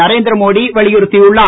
நரேந்திர மோடி வலியுறுத்தியுள்ளார்